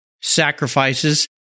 sacrifices